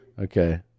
Okay